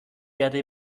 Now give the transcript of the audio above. erde